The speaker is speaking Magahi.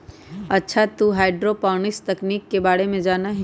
अच्छा तू हाईड्रोपोनिक्स तकनीक के बारे में जाना हीं?